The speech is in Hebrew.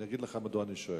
אני אגיד לך מדוע אני שואל.